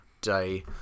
day